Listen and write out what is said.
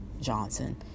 Johnson